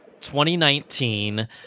2019